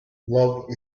love